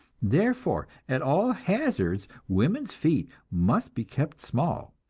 therefore at all hazards women's feet must be kept small,